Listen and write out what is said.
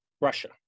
Russia